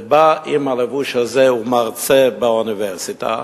ובא עם הלבוש הזה ומרצה באוניברסיטה,